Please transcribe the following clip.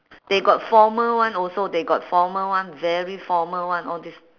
they got formal one also they got formal one very formal one all this